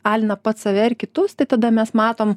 alina pats save ir kitus tai tada mes matom